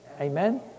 Amen